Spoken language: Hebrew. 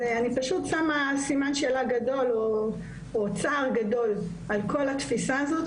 אז אני פשוט שמה סימן שאלה גדול או צער גדול על כל התפיסה הזאת,